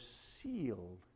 sealed